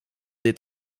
dit